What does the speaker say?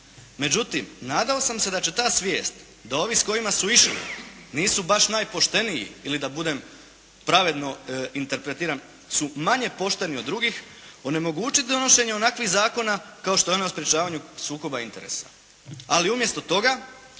Međutim nadao sam se da će ta svijest, da ovi s kojima su išli, nisu baš najpošteniji ili da budem pravedno interpretiran, su manje pošteni od drugih, onemogućiti donošenje onakvih zakona kao što je onaj o sprječavanju sukoba interesa. Ali umjesto toga